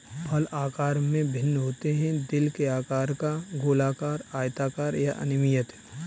फल आकार में भिन्न होते हैं, दिल के आकार का, गोलाकार, आयताकार या अनियमित